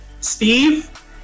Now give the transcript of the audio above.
Steve